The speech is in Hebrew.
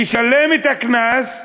תשלם את הקנס,